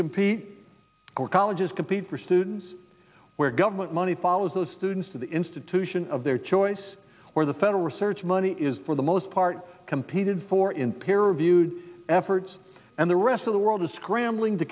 compete for colleges compete for students where government money follows those students to the institution of their choice or the federal research money is for the most part competed for in peril viewed efforts and the rest of the world is scrambling to